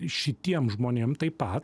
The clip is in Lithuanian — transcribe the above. šitiem žmonėm taip pat